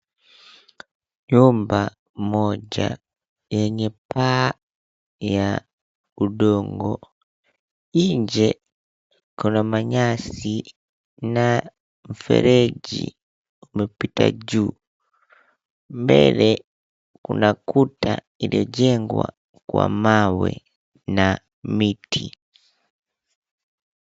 Nyumba moja yenye paa ya udongo. Nje kuna manyasi na mfereji umepita juu, mbele kuna kuta iliyojengwa kwa mawe na miti.